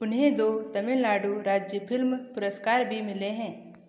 उन्हें दो तमिलनाडु राज्य फ़िल्म पुरस्कार भी मिले हैं